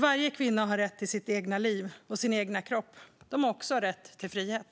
Varje kvinna har rätt till sitt eget liv och sin egen kropp - och till frihet.